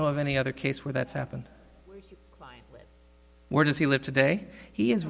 know of any other case where that's happened where does he live today he